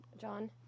John